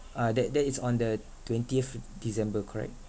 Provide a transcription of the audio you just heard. uh that that is on the twentieth december correct